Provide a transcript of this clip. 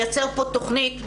לייצר פה תכנית מיוחדת,